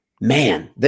man